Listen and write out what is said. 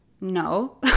No